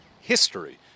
History